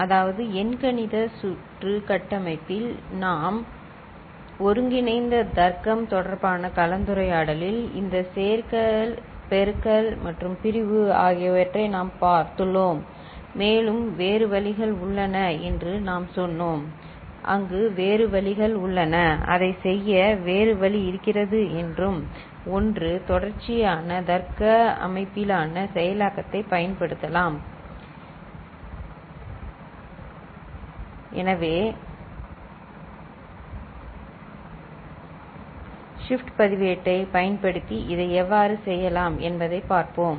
அதாவது எண்கணித சுற்று கட்டமைப்பில் நாம் ஒருங்கிணைந்த தர்க்கம் தொடர்பான கலந்துரையாடலில் இந்த சேர்த்தல் பெருக்கல் மற்றும் பிரிவு ஆகியவற்றை நாம் பார்த்துள்ளோம் மேலும் வேறு வழிகள் உள்ளன என்று நாம் சொன்னோம் அங்கு வேறு வழிகள் உள்ளன அதைச் செய்ய வேறு வழி இருக்கிறது என்றும் ஒன்று தொடர்ச்சியான தர்க்க அடிப்படையிலான செயலாக்கத்தைப் பயன்படுத்தலாம் எனவே ஷிப்ட் பதிவேட்டைப் பயன்படுத்தி இதை எவ்வாறு செய்யலாம் என்பதைப் பார்ப்போம்